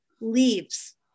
leaves